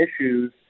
issues